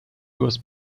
was